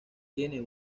tienen